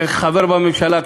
כחבר בממשלה,